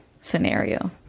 scenario